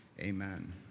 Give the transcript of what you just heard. Amen